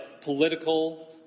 political